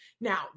Now